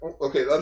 Okay